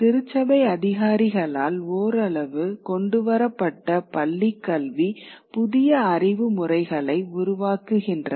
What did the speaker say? திருச்சபை அதிகாரிகளால் ஓரளவு கொண்டுவரப்பட்ட பள்ளிக்கல்வி புதிய அறிவு முறைகளை உருவாக்குகின்றன